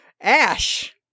Ash